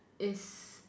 is